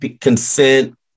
consent